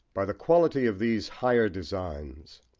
by the quality of these higher designs,